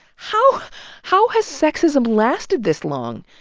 how how has sexism lasted this long?